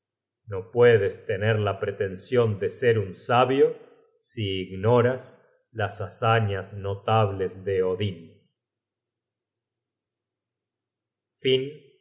no puedes tener la pretension de ser un sabio si ignoras las hazañas notables de odin